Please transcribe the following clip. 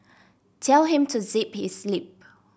tell him to zip his lip